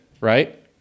right